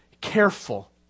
careful